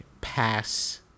pass